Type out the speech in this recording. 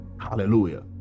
hallelujah